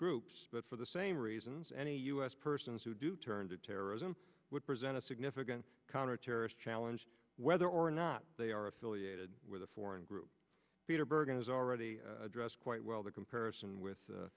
groups but for the same reasons any u s persons who do turn to terrorism would present a significant counterterrorist challenge whether or not they are affiliated with a foreign group peter bergen has already addressed quite well the comparison with